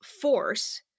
force